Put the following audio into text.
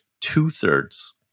two-thirds